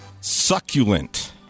succulent